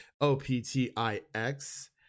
o-p-t-i-x